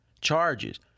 charges